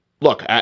look